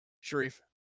Sharif